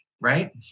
right